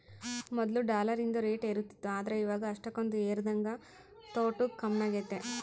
ಮೊದ್ಲು ಡಾಲರಿಂದು ರೇಟ್ ಏರುತಿತ್ತು ಆದ್ರ ಇವಾಗ ಅಷ್ಟಕೊಂದು ಏರದಂಗ ತೊಟೂಗ್ ಕಮ್ಮೆಗೆತೆ